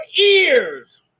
ears